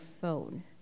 phone